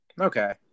okay